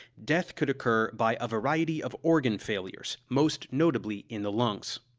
death could occur by a variety of organ failures, most notably in the lungs.